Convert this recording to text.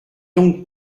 donc